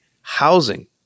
housing